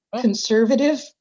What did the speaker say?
conservative